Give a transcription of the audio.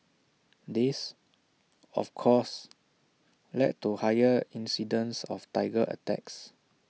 this of course led to higher incidences of Tiger attacks